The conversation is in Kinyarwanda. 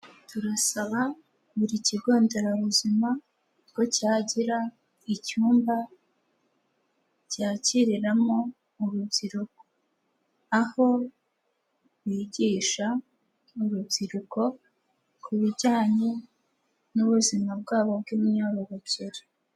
Turasaba buri kigo nderabuzima ko cyagira icyumba cyakiriramo urubyiruko, aho bigisha urubyiruko ku bijyanye n'ubuzima bwabo bw'imyororokere.